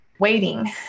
waiting